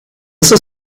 this